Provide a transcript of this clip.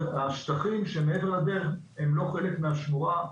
השטחים שמעבר לדרך הם לא חלק מהשמורה,